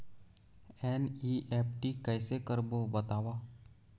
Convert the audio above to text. NEFT कैसे करबो बताव?